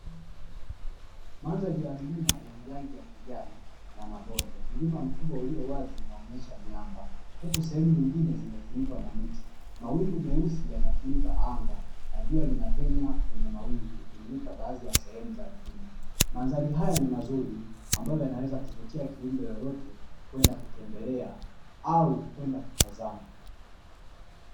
Mandhari ya mlima wenye rangi ya kijani na mabonde, mlima mkubwa ulio wazi unaonyesha miamba huku sehemu nyingine zimefunikwa na miti, mawingu meusi yanafunika anga najua linapenya kwenye mawingu ikimulika baadhi ya sehemu za milima. Mandhari hayo ni mazuri ambayo yanaweza kuvutia kiumbe yoyote kwenda kutembelea au kwenda kutazama.